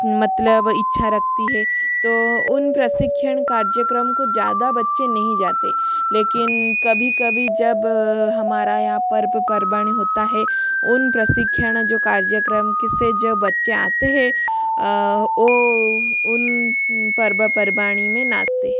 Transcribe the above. मतलब इच्छा रखती है तो उन प्रशिक्षण कार्यक्रम को ज़्यादा बच्चे नहीं जाते लेकिन कभी कभी जब हमारा यहाँ पर्व पर्बानी होता है उन प्रशिक्षण जो कार्यक्रम की से जो बच्चे आते है वो उन पर्व पर्बानी में नाचते है